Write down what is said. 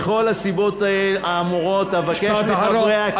מכל הסיבות האמורות, אבקש, משפט אחרון.